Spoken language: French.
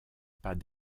pas